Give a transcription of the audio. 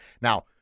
Now